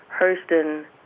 Hurston